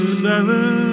seven